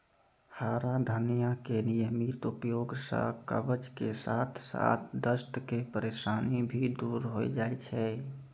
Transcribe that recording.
हरा धनिया के नियमित उपयोग सॅ कब्ज के साथॅ साथॅ दस्त के परेशानी भी दूर होय जाय छै